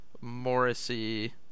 Morrissey